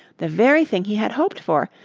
the very thing he had hoped for,